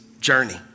journey